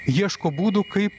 ieško būdų kaip